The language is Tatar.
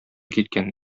киткән